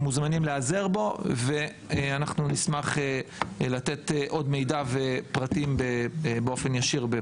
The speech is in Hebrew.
מוזמנים להיעזר בו ואנחנו נשמח לתת עוד מידע ופרטים באופן ישיר.